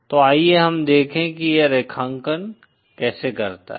तो आइए हम देखें कि यह रेखांकन कैसे करता है